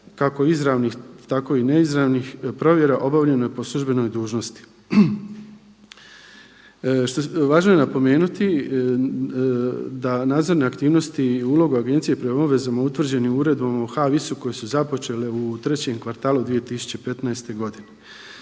kako izravnih tako i neizravnih provjera obavljeno je po službenoj dužnosti. Važno je napomenuti da nadzorne aktivnosti i uloga Agencije prema obvezama utvrđenim Uredbom o … su započele u trećem kvartalu 2015. godine.